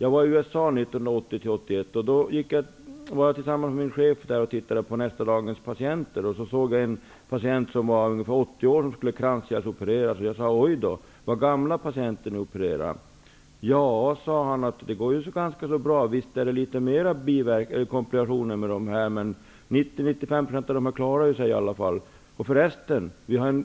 Jag var i USA 1980--1981. Där besökte jag tillsammans med min chef nästa dags patienter. Jag såg en patient som var ungefär 80 år och som skulle kranskärlsopereras. Jag sade: ''Oj då, vad gamla patienter ni opererar!'' Läkaren svarade: ''Ja, det går ganska bra. Visst har de äldre litet mer komplikationer, men 90--95 % av dem klarar sig. Vi har